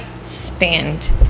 stand